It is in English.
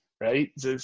right